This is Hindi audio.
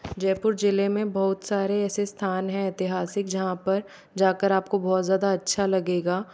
जयपुर जिले में बहुत सारे ऐसे स्थान हैं ऐतिहासिक जहाँ पर जाकर आपको बहुत ज़्यादा अच्छा लगेगा